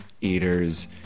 eaters